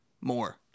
more